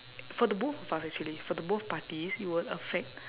for the both of us actually for the both parties it will affect